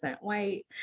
white